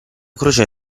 croce